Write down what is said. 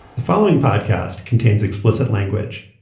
the following podcast contains explicit language.